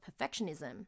perfectionism